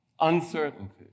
Uncertainty